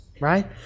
right